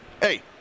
hey